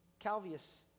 Calvius